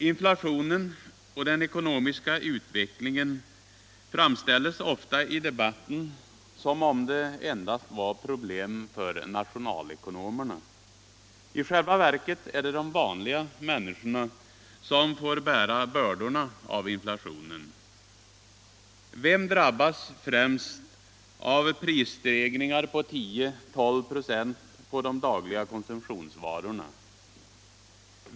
Inflationen och den ekonomiska utvecklingen framställes ofta i debatten som om det endast var problem för nationalekonomerna. I själva verket är det de vanliga människorna som får bära bördorna av inflationen. Vem drabbas främst av prisstegringar på 10-12 "» på de dagliga konsumtionsvarorna?